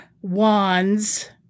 wands